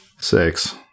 Six